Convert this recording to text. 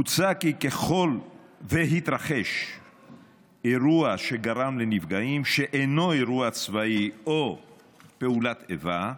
מוצע כי ככל שהתרחש אירוע שגרם לנפגעים שאינו אירוע צבאי או פעולת איבה,